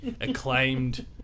acclaimed